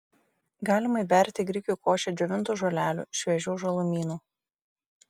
galima įberti į grikių košę džiovintų žolelių šviežių žalumynų